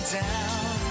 down